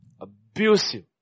abusive